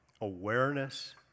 awareness